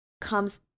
comes